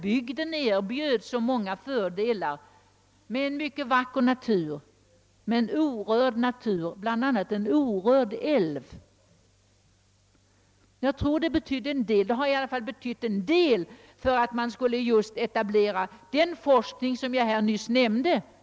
Bygden erbjuder så många fördelar, t.ex. en vacker natur med bl.a. en orörd älv. I varje fall betydde detta mycket för etableringen av den ekologiska forskning jag nyss omnämnde.